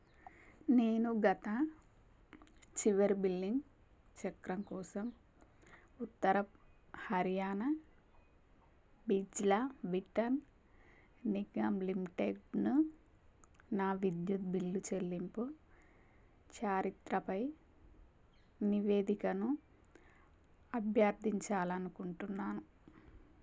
నేను గత చివరి బిల్లింగ్ చక్రం కోసం ఉత్తర హర్యానా బిజ్లీ విటరన్ నిగమ్ లిమిటెడ్ను నా విద్యుత్ బిల్లు చెల్లింపు చరిత్రపై నివేదికను అభ్యర్థించాలనుకుంటున్నాను